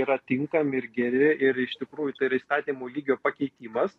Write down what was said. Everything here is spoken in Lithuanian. yra tinkami ir geri ir iš tikrųjų tai yra įstatymų lygio pakeitimas